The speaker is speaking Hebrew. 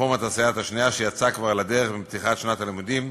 רפורמת הסייעת השנייה שיצאה כבר לדרך עם פתיחת שנת הלימודים,